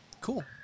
Cool